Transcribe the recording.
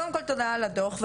קודם כל תודה על הדוח.